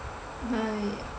!aiya!